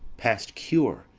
past cure,